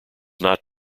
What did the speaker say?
not